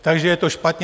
Takže je to špatně.